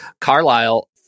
Carlisle